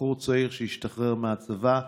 בחור צעיר שהשתחרר מהצבא,